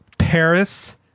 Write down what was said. Paris